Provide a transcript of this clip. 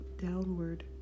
downward